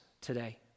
today